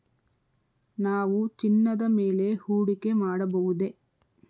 ನಾವು ಚಿನ್ನದ ಮೇಲೆ ಹೂಡಿಕೆ ಮಾಡಬಹುದೇ?